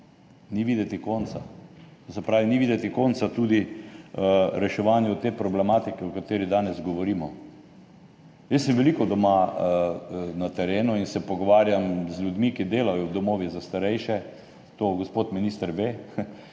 Ni videti konca. To se pravi, ni videti konca tudi reševanju te problematike, o kateri danes govorimo. Jaz sem doma veliko na terenu in se pogovarjam z ljudmi, ki delajo v domovih za starejše, to gospod minister ve,